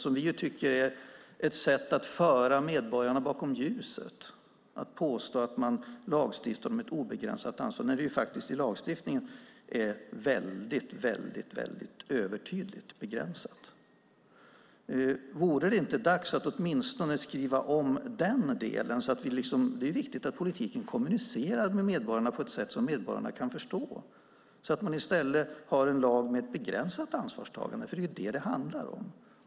Vi tycker att det är ett sätt att föra medborgarna bakom ljuset att påstå att man lagstiftar om ett obegränsat ansvar när det i lagstiftningen är väldigt övertydligt begränsat. Vore det inte dags att åtminstone skriva om den delen? Det är viktigt att politiken kommunicerar med medborgarna på ett sätt som medborgarna kan förstå. Man bör i stället ha en lag med ett begränsat ansvarstagande, eftersom det är vad det handlar om.